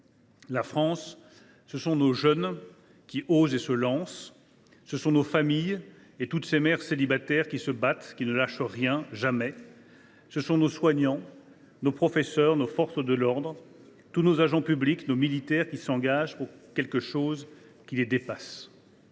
La France, ce sont nos jeunes qui osent et se lancent. Ce sont nos familles et toutes ces mères célibataires qui se battent et qui ne lâchent rien, jamais. Ce sont nos soignants, nos professeurs, nos forces de l’ordre, tous nos agents publics, nos militaires qui s’engagent pour quelque chose qui les dépasse.